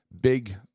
big